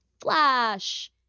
flash